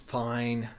fine